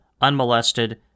unmolested